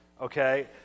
okay